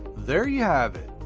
there you have it.